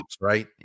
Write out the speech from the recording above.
Right